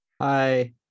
Hi